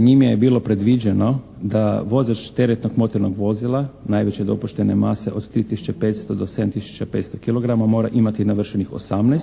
Njime je bilo predviđeno da vozač teretnog motornog vozila najveće dopuštene mase od 3 tisuće 500 do 7 tisuća 500 kilograma mora imati navršenih 18,